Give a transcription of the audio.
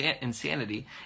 insanity